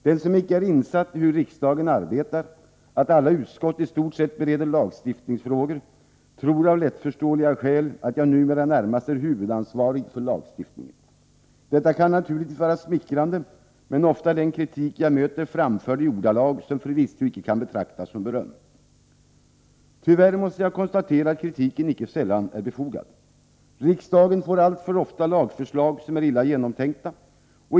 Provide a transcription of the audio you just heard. Den som icke är insatt i hur riksdagen arbetar —i stort sett alla utskott bereder lagstiftningsfrågor—tror av lättförståeliga skäl att jag numera närmast är huvudansvarig för lagstiftningen. Detta kan naturligtvis vara smickrande, men oftast framförs den kritik jag möter i ordalag som förvisso icke kan betraktas som beröm. Tyvärr måste jag konstatera att kritiken icke sällan är befogad. För riksdagen framläggs alltför ofta lagsförslag som är illa genomtänkta.